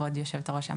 כבוד יושבת הראש.